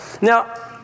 Now